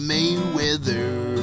Mayweather